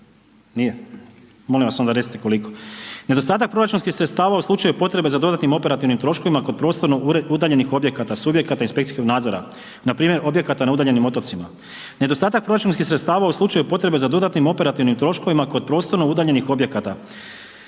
nije, molim vas onda recite koliko, nedostatak proračunskih sredstava u slučaju potrebe za dodatnim operativnim troškovima kod prostorno udaljenih objekata, subjekata inspekcijskog nadzora npr. objekata na udaljenim otocima, nedostatak proračunskih sredstava u slučaju potrebe za dodatnim operativnim troškovima kod prostorno udaljenih objekata,